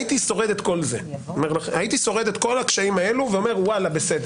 הייתי שורד את כל זה הייתי שורד את כל הקשיים האלה ואומר בסדר.